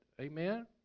Amen